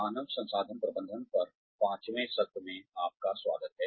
मानव संसाधन प्रबंधन पर पांचवें सत्र में आपका स्वागत है